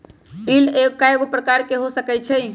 yield कयगो प्रकार के हो सकइ छइ